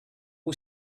who